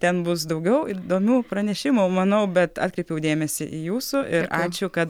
ten bus daugiau įdomių pranešimų manau bet atkreipiau dėmesį į jūsų ir ačiū kad